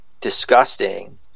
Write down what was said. disgusting